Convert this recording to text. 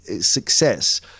success –